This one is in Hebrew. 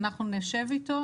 אנחנו נשב איתו.